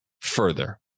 further